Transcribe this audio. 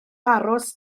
aros